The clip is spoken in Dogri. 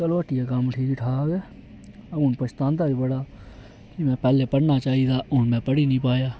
चलो हट्टी दा कम्म ठीक ठाक ऐ हुन पछतांदा बी बड़ा कि में पैह्ले पढ़ना चाहिदा हा हुन में पढ़ी निं पाया